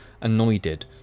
Annoyed